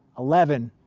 eleven,